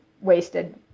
wasted